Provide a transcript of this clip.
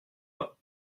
pas